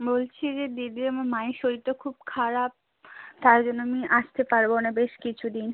বলছি যে দিদি আমার মায়ের শরীরটা খুব খারাপ তার জন্য আমি আসতে পারবো না বেশ কিছু দিন